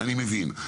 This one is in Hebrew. הייתי מבין.